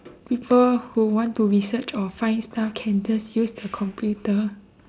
people who want to research or find stuff can just use the computer